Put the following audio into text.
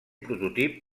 prototip